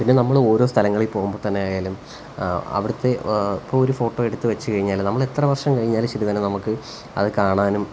പിന്നെ നമ്മൾ ഓരോ സ്ഥലങ്ങളില് പോകുമ്പോൾ തന്നെ ആയാലും അവിടുത്തെ ഇപ്പോൾ ഒരു ഫോട്ടോ എടുത്തുവെച്ചു കഴിഞ്ഞാലും നമ്മളെത്ര വര്ഷം കഴിഞ്ഞാലും ശരി തന്നെ നമുക്ക് അത് കാണാനും